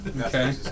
Okay